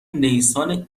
نیسان